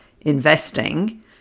investing